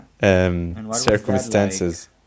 circumstances